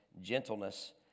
gentleness